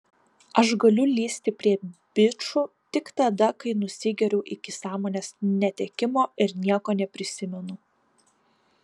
aš galiu lįsti prie bičų tik tada kai nusigeriu iki sąmonės netekimo ir nieko neprisimenu